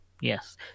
yes